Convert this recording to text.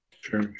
Sure